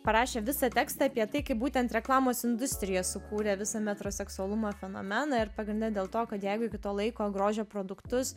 parašė visą tekstą apie tai kaip būtent reklamos industrija sukūrė visą metro seksualumo fenomeną ir pagrinde dėl to kad jeigu iki to laiko grožio produktus